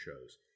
shows